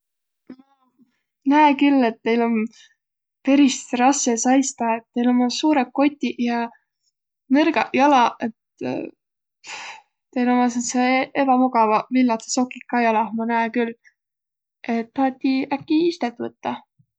Ma näe küll, et teil om peris rassõ saistaq. Et teil ommaq suurõq kotiq ja nõrgaq jalaq. Et teil ommaq säändseq ebamugavaq villadsõq sokiq ka jalah, ma näe küll. Et tahatiq äkki istet võttaq?